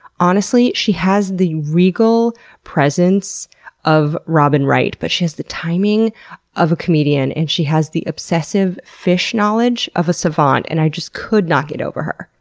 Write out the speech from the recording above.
honestly, she has the regal presence of robin wright, but she has the timing of a comedian and she has the obsessive fish knowledge of a savant and i just could not get over her.